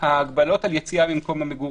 ההגבלות על יציאה ממקום המגורים,